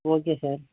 okay sir